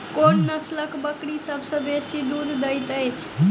कोन नसलक बकरी सबसँ बेसी दूध देइत अछि?